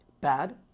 bad